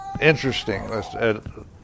interesting